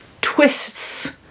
twists